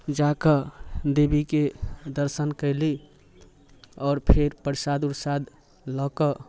जा कऽ देवीके दर्शन कयली आओर फेर प्रसाद उरसाद लऽ कऽ